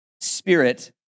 spirit